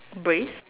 brace